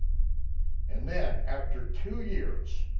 and then, after two years,